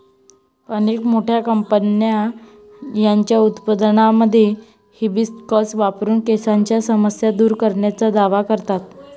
अनेक मोठ्या कंपन्या त्यांच्या उत्पादनांमध्ये हिबिस्कस वापरून केसांच्या समस्या दूर करण्याचा दावा करतात